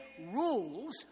rules